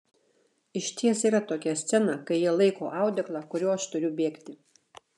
išties yra tokia scena kai jie laiko audeklą kuriuo aš turiu bėgti